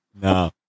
No